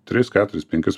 tris keturis penkis